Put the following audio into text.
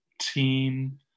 team